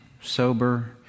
sober